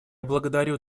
благодарю